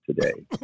today